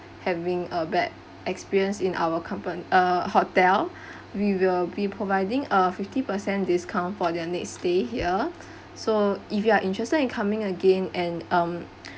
having a bad experience in our compan~ uh hotel we will be providing a fifty per cent discount for their next stay here so if you are interested in coming again and um